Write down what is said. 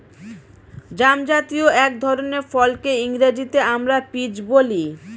জামজাতীয় এক ধরনের ফলকে ইংরেজিতে আমরা পিচ বলি